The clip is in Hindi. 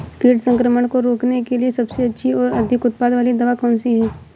कीट संक्रमण को रोकने के लिए सबसे अच्छी और अधिक उत्पाद वाली दवा कौन सी है?